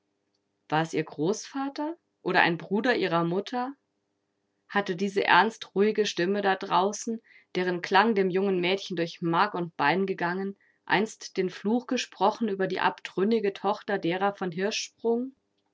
war es ihr großvater oder ein bruder ihrer mutter hatte diese ernst ruhige stimme da draußen deren klang dem jungen mädchen durch mark und bein gegangen einst den fluch gesprochen über die abtrünnige tochter derer von